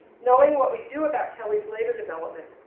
knowing what we do about kelly's later development,